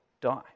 die